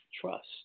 trust